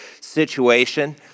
situation